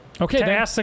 okay